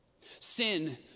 Sin